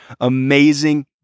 amazing